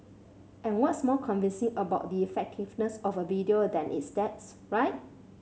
and what's more convincing about the effectiveness of a video than its stats right